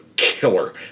Killer